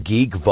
Geek